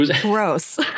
gross